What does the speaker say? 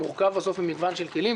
שמורכב בסוף ממגוון של כלים.